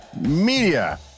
Media